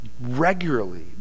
regularly